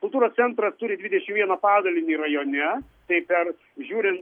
kultūros centras turi dvidešimt vieną padalinį rajone tai per žiūrint